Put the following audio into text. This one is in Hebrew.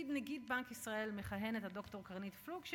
בתפקיד נגיד בנק ישראל מכהנת הד"ר קרנית פלוג,